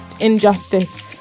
Injustice